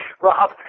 Rob